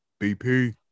bp